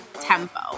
tempo